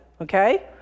okay